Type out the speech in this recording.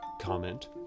comment